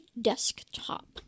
desktop